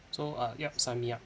so uh yup sign me up